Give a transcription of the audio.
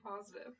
positive